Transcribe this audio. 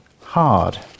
hard